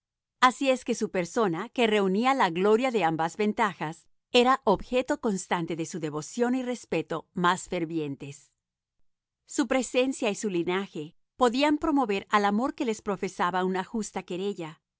así es que su persona que reu nía la gloria de amibas ventajas era el objeto constante de su devoción y respeto más fervientes su presencia y su linaje podían promover al amor que les profesaba una justa querella